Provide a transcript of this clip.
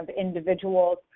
individuals